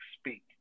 speak